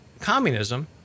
communism